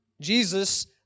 Jesus